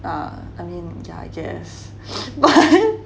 err I mean I guess